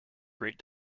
great